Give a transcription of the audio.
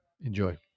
Enjoy